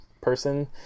person